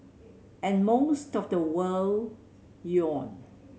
and most of the world yawned